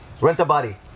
Rent-a-body